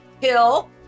kill